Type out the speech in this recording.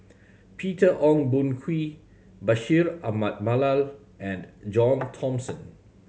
Peter Ong Boon Kwee Bashir Ahmad Mallal and John Thomson